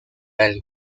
del